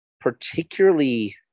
particularly